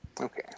Okay